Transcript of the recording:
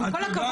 עם כל הכבוד,